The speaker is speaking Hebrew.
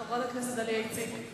חברת הכנסת דליה איציק.